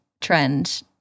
trend